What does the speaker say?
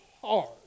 hard